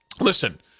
Listen